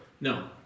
No